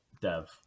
dev